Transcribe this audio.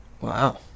Wow